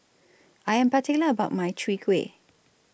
I Am particular about My Chwee Kueh